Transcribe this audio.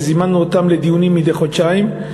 וזימנו אותם לדיונים מדי חודשיים,